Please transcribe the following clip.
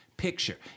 picture